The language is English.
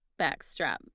backstrap